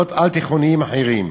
במוסדות על-תיכוניים אחרים.